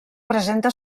presenta